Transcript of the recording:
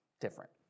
Different